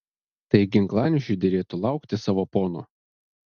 tai ginklanešiui derėtų laukti savo pono